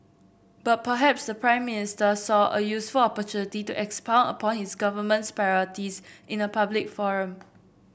but perhaps the Prime Minister saw a useful opportunity to expound upon his government's priorities in a public forum